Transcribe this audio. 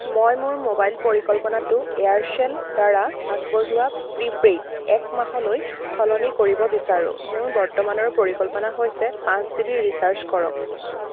মই মোৰ মোবাইল পৰিকল্পনাটো এয়াৰচেলদ্বাৰা আগবঢ়োৱা প্ৰি পেইড এক মাহলৈ সলনি কৰিব বিচাৰোঁ মোৰ বৰ্তমানৰ পৰিকল্পনা হৈছে পাঁচ জি বি ৰিচাৰ্জ কৰক